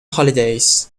holidays